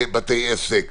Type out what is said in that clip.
בבתי עסק,